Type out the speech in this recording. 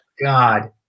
God